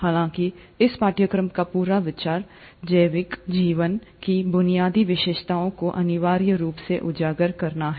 हालांकि इस पाठ्यक्रम का पूरा विचार जैविक जीवन की बुनियादी विशेषताओं को अनिवार्य रूप से उजागर करना है